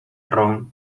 ron